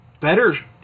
better